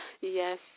Yes